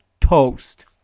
toast